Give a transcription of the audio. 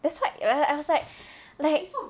that's why right I was like